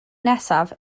nesaf